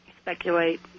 speculate